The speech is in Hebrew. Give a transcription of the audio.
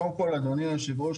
קודם כל אדוני היושב ראש,